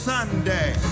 Sunday